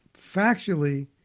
factually